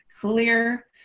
clear